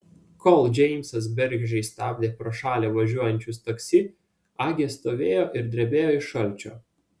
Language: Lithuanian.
kol džeimsas bergždžiai stabdė pro šalį važiuojančius taksi agė stovėjo ir drebėjo iš šalčio